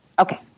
Okay